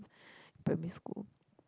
primary school